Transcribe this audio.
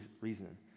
reason